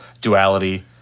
duality